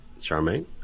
charmaine